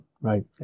right